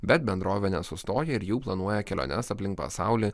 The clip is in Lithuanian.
bet bendrovė nesustoja ir jų planuoja keliones aplink pasaulį